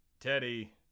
Teddy